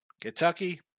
Kentucky